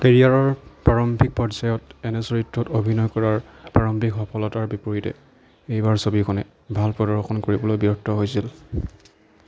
কেৰিয়াৰৰ প্ৰাৰম্ভিক পৰ্যায়ত এনে চৰিত্ৰত অভিনয় কৰাৰ প্ৰাৰম্ভিক সফলতাৰ বিপৰীতে এইবাৰ ছবিখনে ভাল প্ৰদৰ্শন কৰিবলৈ ব্যৰ্থ হৈছিল